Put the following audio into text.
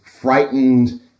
frightened